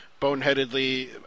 boneheadedly